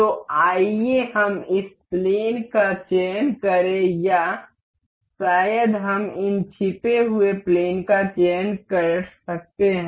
तो आइए हम इस प्लेन का चयन करें या शायद हम इन छिपे हुए प्लेन का चयन कर सकते हैं